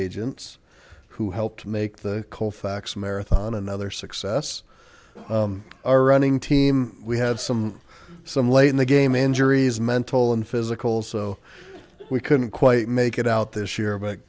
agents who helped make the colfax marathon another success our running team we had some some late in the game injuries mental and physical so we couldn't quite make it out this year but